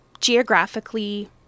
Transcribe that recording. geographically